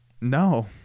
No